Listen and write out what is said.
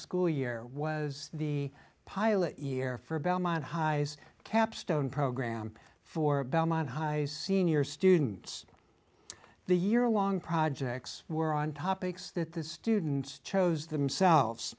school year was the pilot year for belmont high's capstone program for belmont high senior students the year long projects were on topics that the students chose themselves